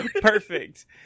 perfect